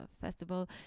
festival